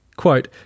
Quote